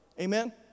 amen